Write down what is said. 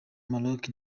maroc